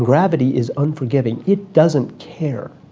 gravity is unforgiving, it doesn't care,